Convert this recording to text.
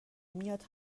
میاد